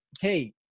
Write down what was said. hey